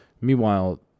Meanwhile